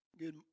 Good